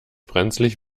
brenzlig